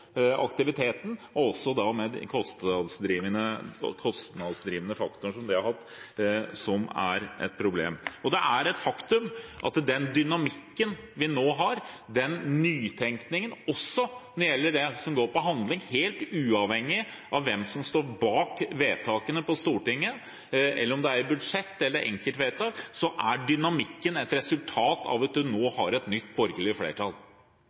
aktiviteten – med den kostnadsdrivende effekten det hadde – et problem. Det er et faktum at den dynamikken og nytenkningen vi nå har – også når det gjelder handling, helt uavhengig av både hvem som står bak vedtakene på Stortinget, og hvorvidt det skjer i budsjettsammenheng eller i enkeltvedtak – er et resultat av at vi har et nytt, borgerlig flertall.